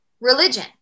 religion